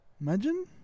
Imagine